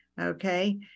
okay